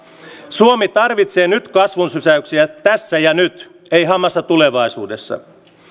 suomi tarvitsee nyt kasvun sysäyksiä tässä ja nyt ei hamassa tulevaisuudessa